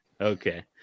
Okay